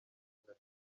gukina